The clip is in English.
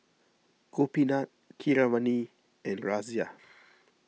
Gopinath Keeravani and Razia